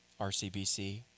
RCBC